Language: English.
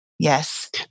yes